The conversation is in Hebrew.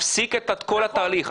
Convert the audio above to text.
להפסיק את כל התהליך.